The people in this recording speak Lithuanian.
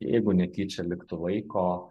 jeigu netyčia liktų laiko